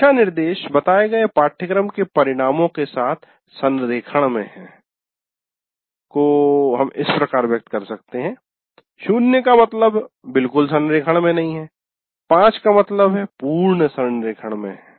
कक्षा निर्देश बताए गए पाठ्यक्रम के परिणामों के साथ संरेखण में है को इस प्रकार व्यक्त कर सकते है 0 का मतलब बिल्कुल संरेखण में नहीं है 5 का मतलब है पूर्ण संरेखण में है